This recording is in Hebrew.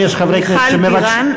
(קוראת בשמות חברי הכנסת) מיכל בירן,